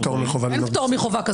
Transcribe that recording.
--- אין פטור מהחובה לנהוג בסבירות.